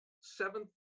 seventh